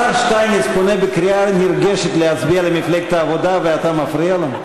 השר שטייניץ פונה בקריאה נרגשת להצביע למפלגת העבודה ואתה מפריע לו?